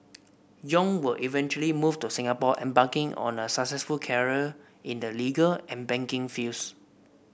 yong would eventually move to Singapore embarking on a successful career in the legal and banking fields